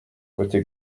côté